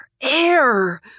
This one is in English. air